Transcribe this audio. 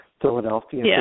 Philadelphia